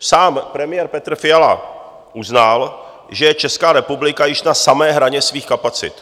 Sám premiér Petr Fiala uznal, že je Česká republika již na samé hraně svých kapacit.